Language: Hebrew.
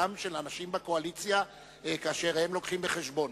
של אנשים בקואליציה כאשר הם לוקחים בחשבון.